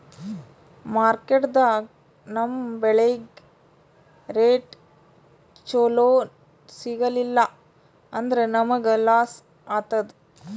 ಮಾರ್ಕೆಟ್ದಾಗ್ ನಮ್ ಬೆಳಿಗ್ ರೇಟ್ ಚೊಲೋ ಸಿಗಲಿಲ್ಲ ಅಂದ್ರ ನಮಗ ಲಾಸ್ ಆತದ್